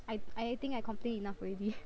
I I think I complain enough already